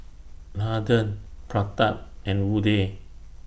Nathan Pratap and Udai